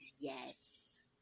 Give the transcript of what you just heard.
yes